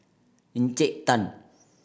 Encik Tan